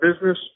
business